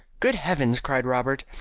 good heavens! cried robert,